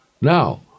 Now